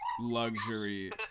luxury